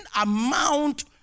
amount